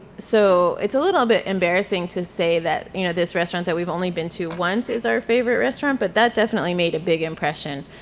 so it's a little bit embarrassing to say that you know this restaurant that we've only been to once is our favorite restaurant, but that definitely made a big impression.